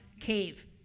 cave